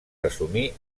resumir